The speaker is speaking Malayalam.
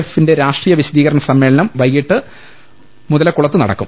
എഫിന്റെ രാഷ്ട്രീയ വിശദീകരണ സമ്മേളനം വൈകിട്ട് കോഴിക്കോട് മുതലക്കുളത്ത് നടക്കും